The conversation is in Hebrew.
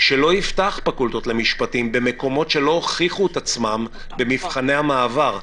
שלא יפתח פקולטות למשפטים במקומות שלא הוכיחו את עצמם במבחני המעבר.